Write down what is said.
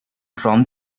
from